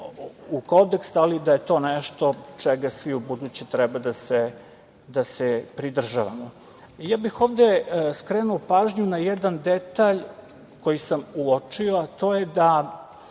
ali mislim da je to nešto čega svi u buduće treba da se pridržavamo. Ovde bih skrenuo pažnju na jedan detalj koji sam uočio, a to je da